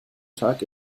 tag